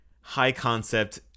high-concept